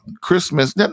Christmas